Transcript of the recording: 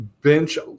bench